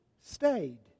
stayed